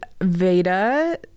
Veda